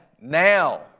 Now